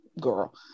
girl